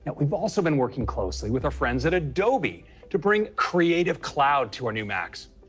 but we've also been working closely with our friends at adobe to bring creative cloud to our new macs.